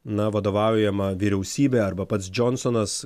na vadovaujama vyriausybė arba pats džonsonas